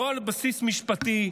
לא על בסיס משפטי,